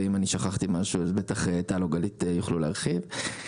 אם שכחתי משהו, בטח טל או גלית יוכלו להרחיב.